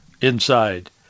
inside